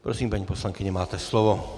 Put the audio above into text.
Prosím, paní poslankyně, máte slovo.